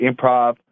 improv